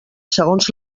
segons